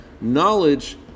knowledge